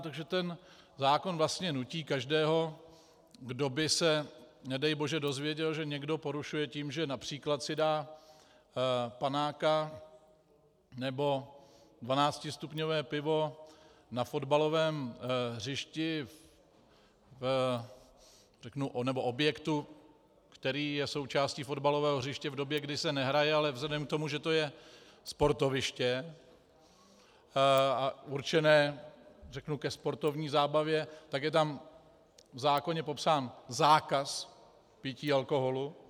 Takže ten zákon vlastně nutí každého, kdo by se nedej bože dozvěděl, že někdo porušuje, například si dá panáka nebo dvanáctistupňové pivo na fotbalovém hřišti nebo objektu, který je součástí fotbalového hřiště, v době, kdy se nehraje, ale vzhledem k tomu, že to je sportoviště určené ke sportovní zábavě, tak je tam v zákoně popsán zákaz pití alkoholu.